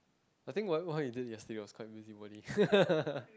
I think what what you did yesterday was quite busybody